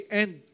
end